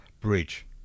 Bridge